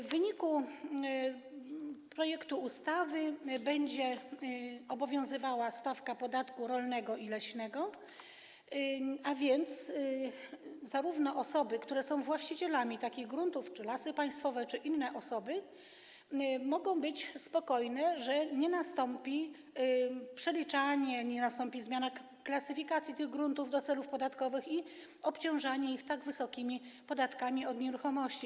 W wyniku przyjęcia projektu ustawy będzie obowiązywała stawka podatku rolnego i leśnego, a więc osoby, które są właścicielami takich gruntów, czy Lasy Państwowe, czy inne osoby, mogą być spokojne, że nie nastąpi przeliczanie ani nie nastąpi zmiana klasyfikacji tych gruntów do celów podatkowych i obciążanie ich tak wysokimi podatkami od nieruchomości.